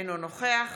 אינו נוכח